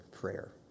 prayer